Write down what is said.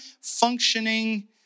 functioning